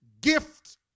gift